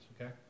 okay